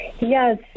Yes